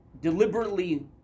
deliberately